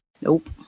nope